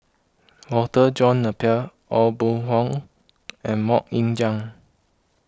Walter John Napier Aw Boon Haw and Mok Ying Jang